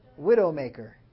Widowmaker